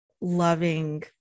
loving